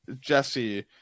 Jesse